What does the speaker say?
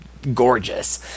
gorgeous